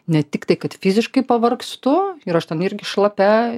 ne tiktai kad fiziškai pavargstu ir aš ten irgi šlapia